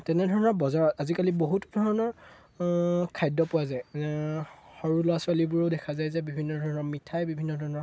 তেনেধৰণৰ বজাৰত আজিকালি বহুত ধৰণৰ খাদ্য পোৱা যায় সৰু ল'ৰা ছোৱালীবোৰেও দেখা যায় যে বিভিন্ন ধৰণৰ মিঠাই বিভিন্ন ধৰণৰ